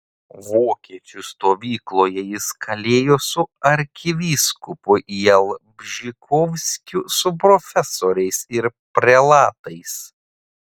vokiečių stovykloje jis kalėjo su arkivyskupu jalbžykovskiu su profesoriais ir prelatais